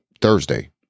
Thursday